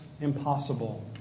impossible